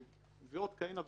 ועוד כהנה וכהנה,